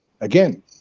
again